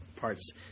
Parts